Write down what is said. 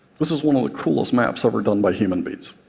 this is one of the coolest maps ever done by human beings.